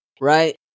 right